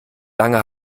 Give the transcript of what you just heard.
lange